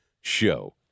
show